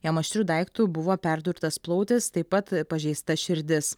jam aštriu daiktu buvo perdurtas plautis taip pat pažeista širdis